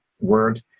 word